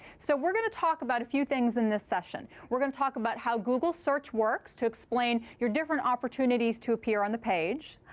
so we're going to talk about a few things in this session. we're going to talk about how google search works to explain your different opportunities to appear on the page.